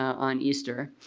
on easter.